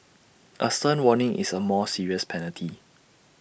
A stern warning is A more serious penalty